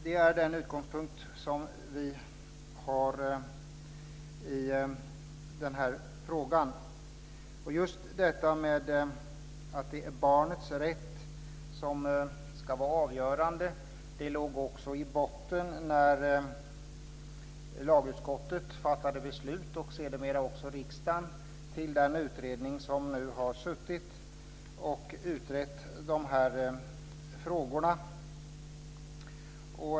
Det är den utgångspunkt som vi har i den här frågan. Just detta med att det är barnets rätt som ska vara avgörande låg också i botten när lagutskottet och sedermera också riksdagen fattade beslut om den utredning nu har suttit och utrett dessa frågor.